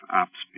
apps